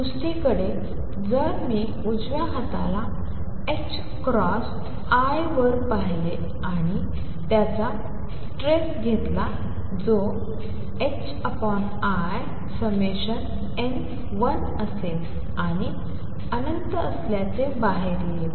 दुसरीकडे जर मी उजव्या हाताला h क्रॉस i वर पाहिले आणि त्याचा ट्रेस घेतला जो in1 असेल आणि अनंत असल्याचे बाहेर येईल